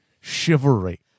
chivalry